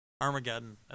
Armageddon